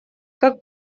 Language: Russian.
как